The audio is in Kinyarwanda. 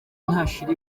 ntashira